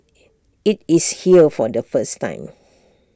IT is here for the first time